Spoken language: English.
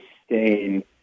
sustain